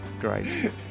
great